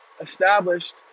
established